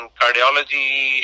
cardiology